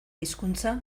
hizkuntza